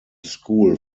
school